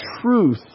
truth